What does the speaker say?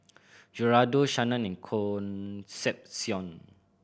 Gerardo Shanna and Concepcion